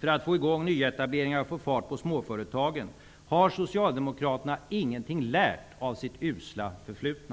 för att få i gång nyetableringar och få fart på småföretagen? Har Socialdemokraterna ingenting lärt av sitt usla förflutna?